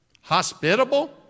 hospitable